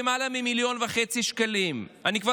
כיושב-ראש ועדת הבריאות אני קורא